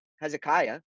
Hezekiah